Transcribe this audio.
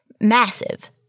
massive